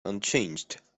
unchanged